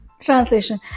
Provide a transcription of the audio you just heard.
Translation